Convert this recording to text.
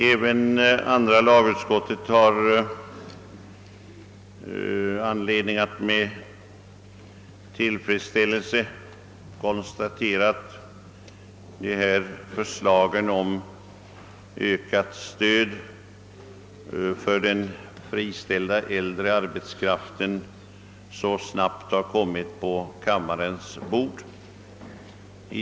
Även andra lagutskottet har anledning att med tillfredsställelse konstatera att förslaget om särskilt stöd åt den äldre arbetslösa arbetskraften så snabbt har kommit på riksdagens bord.